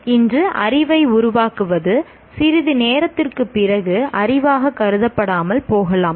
எனவே இன்று அறிவை உருவாக்குவது சிறிது நேரத்திற்குப் பிறகு அறிவாக கருதப்படாமல் போகலாம்